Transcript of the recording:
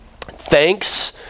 thanks